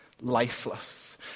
lifeless